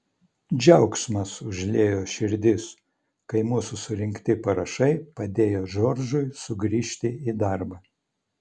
džiaugsmas užliejo širdis kai mūsų surinkti parašai padėjo džordžui sugrįžti į darbą